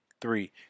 Three